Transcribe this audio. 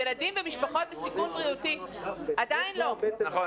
ילדים במשפחות בסיכון בריאותי עדיין לא -- נכון,